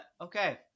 Okay